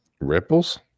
Ripples